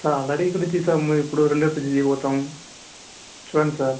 sir already కొద్దిగా తీసాము ఇప్పుడు రెండో ఫ్రిడ్జ్ తీయ్య పోతాం చూడండి సార్